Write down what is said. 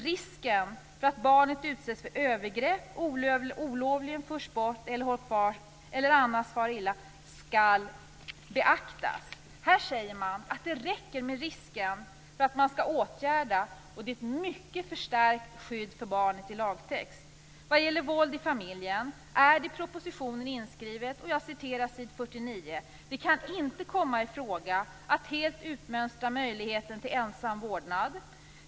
Risken för att barnet utsätts för övergrepp, olovligen förs bort eller hålls kvar eller annars far illa skall beaktas." Här säger man att det räcker med en risk för att man skall åtgärda. Det är ett mycket förstärkt skydd för barnet i lagtexten. Vad gäller våld i familjen är det i propositionen inskrivet följande på s. 49: "Det kan inte komma i fråga att helt utmönstra möjligheterna till ensam vårdnad.